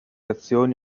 azioni